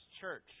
church